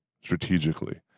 strategically